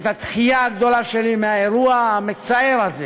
את הדחייה הגדולה שלי מהאירוע המצער הזה